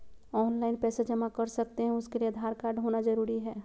Online पैसा जमा कर सकते हैं उसके लिए आधार कार्ड होना जरूरी है?